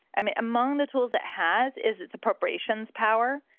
i mean, among the tools it has is its appropriations power.